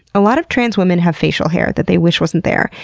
a lot of trans women have facial hair that they wish wasn't there.